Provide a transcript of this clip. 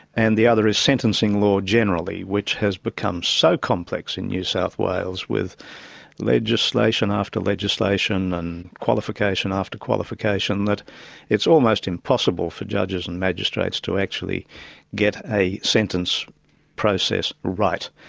and the other is sentencing law generally, which has become so complex in new south wales with legislation after legislation and qualification after qualification, that it's almost impossible for judges and magistrates to actually get a sentence processed right.